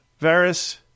Varys